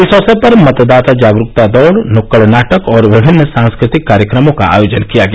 इस अवसर पर मतदाता जागरूकता दौड नुक्कड़ नाटक और विभिन्न सांस्कृतिक कार्यक्रमों का आयोजन किया गया